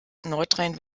nordrhein